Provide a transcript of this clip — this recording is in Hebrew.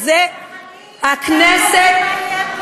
זה המתנחלים, אתם קובעים מה יהיה פה.